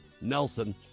Nelson